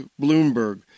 Bloomberg